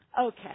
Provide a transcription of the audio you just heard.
Okay